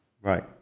Right